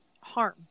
harm